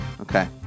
Okay